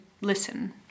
listen